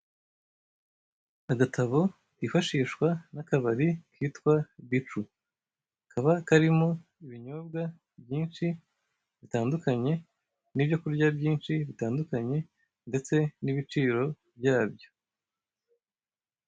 Agatabo kifashishwa n'akabari kitwa bicu, kaba karimo ibinyobwa byinshi bitandukanye n'ibyo kurya byinshi bitandukanye ndetse n'ibiciro byabyo.